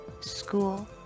school